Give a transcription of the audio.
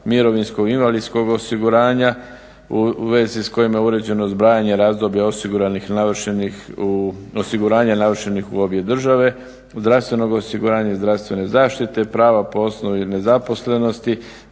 mirovinskog i invalidskog osiguranja u vezi s kojim je uređeno zbrajanje razdoblja osiguranja navršenih u obje države, zdravstvenog osiguranja i zdravstvene zaštite, prava po osnovi nezaposlenosti,